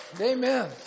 Amen